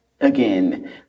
again